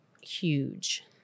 huge